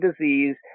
disease